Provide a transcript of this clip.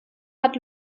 hat